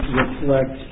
reflect